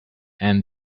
and